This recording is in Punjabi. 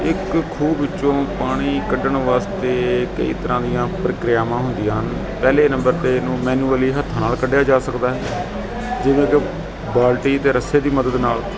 ਇੱਕ ਖੂਹ ਵਿੱਚੋਂ ਪਾਣੀ ਕੱਢਣ ਵਾਸਤੇ ਕਈ ਤਰ੍ਹਾਂ ਦੀਆਂ ਪ੍ਰਕਿਰਿਆਵਾਂ ਹੁੰਦੀਆਂ ਹਨ ਪਹਿਲੇ ਨੰਬਰ 'ਤੇ ਇਹਨੂੰ ਮੈਨੂਅਲੀ ਹੱਥ ਨਾਲ ਕੱਢਿਆ ਜਾ ਸਕਦਾ ਜਿਵੇਂ ਕਿ ਬਾਲਟੀ ਅਤੇ ਰੱਸੇ ਦੀ ਮਦਦ ਨਾਲ